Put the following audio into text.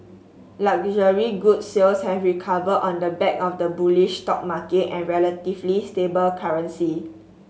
luxury goods sales have recovered on the back of the bullish stock market and relatively stable currency